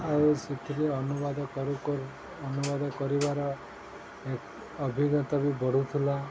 ଆଉ ସେଥିରେ ଅନୁବାଦ କରୁୁ କରୁ ଅନୁବାଦ କରିବାର ଅଭିଜ୍ଞତା ବି ବଢ଼ୁଥିଲା